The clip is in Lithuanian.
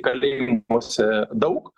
kalėjimuose daug